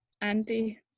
Andy